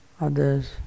others